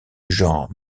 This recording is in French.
genre